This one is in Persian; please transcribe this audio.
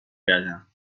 کردهام